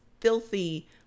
filthy